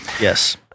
Yes